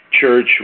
Church